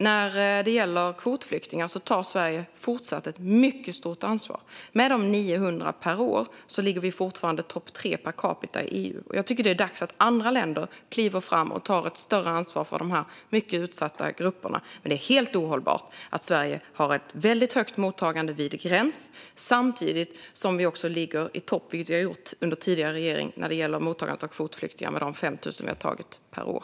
När det gäller kvotflyktingar tar Sverige fortsatt ett mycket stort ansvar. Med de 900 per år ligger vi fortfarande topp tre - per capita - i EU. Jag tycker att det är dags att andra länder kliver fram och tar ett större ansvar för dessa mycket utsatta grupper. Men det är helt ohållbart att Sverige har ett väldigt stort mottagande vid gräns samtidigt som vi ligger i topp, vilket vi har gjort under tidigare regering när det gäller mottagandet av kvotflyktingar i och med de 5 000 vi har tagit emot per år.